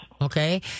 Okay